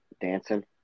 dancing